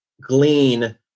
glean